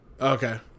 Okay